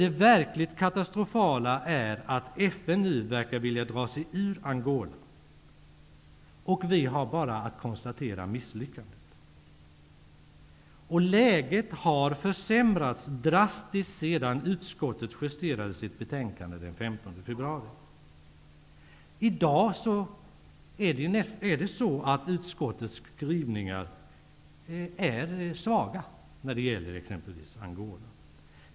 Det verkligt katastrofala är att FN nu verkar vilja dra sig ur Angola. Vi har bara att konstatera misslyckandet. Läget har försämrats drastiskt sedan utskottet justerade sitt betänkande den 15 I dag framstår utskottets skrivningar som svaga när det gäller t.ex. Angola.